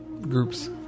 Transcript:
groups